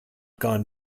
gone